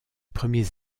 premiers